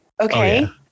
Okay